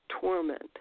torment